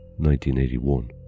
1981